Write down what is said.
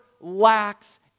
lacks